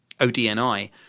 ODNI